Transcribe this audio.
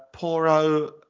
Poro